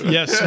Yes